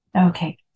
Okay